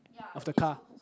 of the car